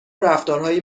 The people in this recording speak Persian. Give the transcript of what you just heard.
رفتارهایی